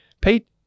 Pete